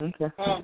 Okay